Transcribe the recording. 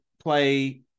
play